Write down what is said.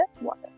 water